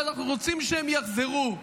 שאנחנו רוצים שהם יחזרו.